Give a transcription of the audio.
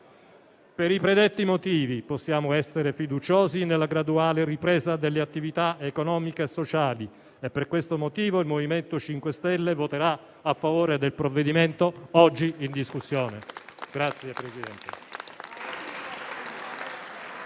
Per i predetti motivi possiamo essere fiduciosi nella graduale ripresa delle attività economiche e sociali e per questo motivo il Gruppo MoVimento 5 Stelle voterà a favore del provvedimento oggi in discussione.